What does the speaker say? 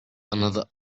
another